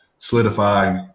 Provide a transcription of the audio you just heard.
Solidify